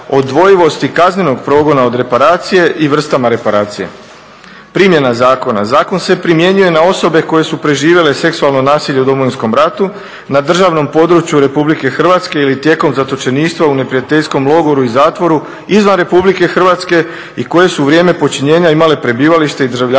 odvojivosti kaznenog progona od reparacije i vrstama reparacije. Primjena zakona, zakon se primjenjuje na osobe koje su preživjele seksualno nasilje u Domovinskom ratu na državnom području Republike Hrvatske ili tijekom zatočeništva u neprijateljskom logoru i zatvoru izvan Republike Hrvatske i koje su u vrijeme počinjenja imale prebivalište i državljanstvo